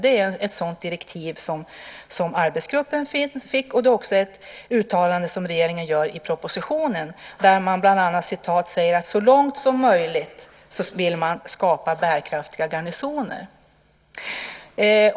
Det är ett sådant direktiv som arbetsgruppen fick, och det är också ett uttalande som regeringen gör i propositionen, där man bland annat säger att man så långt som möjligt vill skapa bärkraftiga garnisoner.